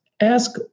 ask